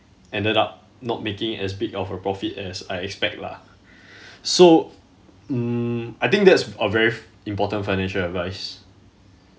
ended up not making as big of a profit as I expect lah so mm I think that's a very f~ important financial advice